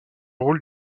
rôle